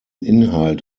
inhalt